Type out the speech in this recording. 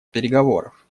переговоров